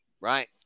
right